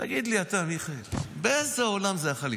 תגיד לי אתה, מיכאל, באיזה עולם זה יכול לקרות?